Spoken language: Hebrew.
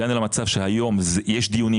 הגענו למצב שהיום יש דיונים,